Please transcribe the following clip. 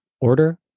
order